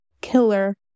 killer